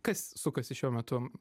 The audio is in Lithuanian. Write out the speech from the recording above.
kas sukasi šiuo metu